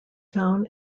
town